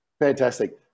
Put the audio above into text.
fantastic